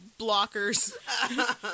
blockers